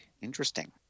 Interesting